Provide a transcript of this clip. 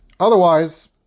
Otherwise